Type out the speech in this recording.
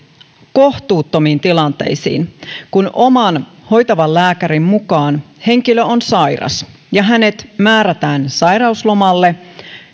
kohtuuttomiin tilanteisiin kun oman hoitavan lääkärin mukaan henkilö on sairas ja hänet määrätään sairauslomalle